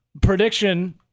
Prediction